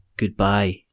Goodbye